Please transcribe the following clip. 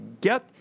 get